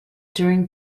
during